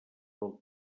del